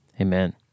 Amen